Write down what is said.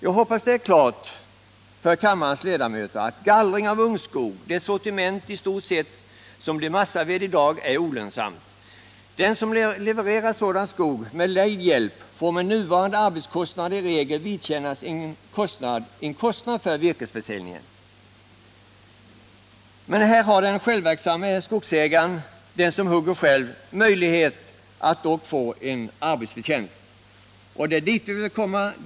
Jag hoppas det är klart för kammarens ledamöter att gallring av ungskog - där sortimentet i stort sett blir massaved i dag — är olönsam. Den som levererar sådan skog med lejd hjälp får med nuvarande arbetskostnader i regel vidkännas en kostnad för virkesförsäljningen. Men här har den självverksamme skogsägaren, den som hugger själv, möjlighet att få en arbetsförtjänst. Det är dit vi vill komma.